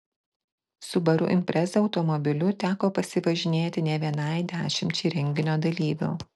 subaru impreza automobiliu teko pasivažinėti ne vienai dešimčiai renginio dalyvių